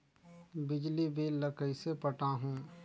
बिजली बिल ल कइसे पटाहूं?